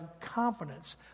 confidence